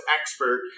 expert